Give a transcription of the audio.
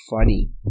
funny